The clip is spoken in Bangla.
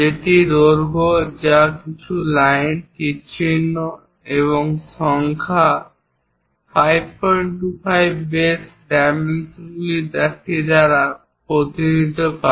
যেটি দৈর্ঘ্য যা কিছু লাইন তীরচিহ্ন এবং সংখ্যা 525 বেসিক ডাইমেনশনগুলির একটি দ্বারা প্রতিনিধিত্ব করে